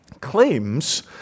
Claims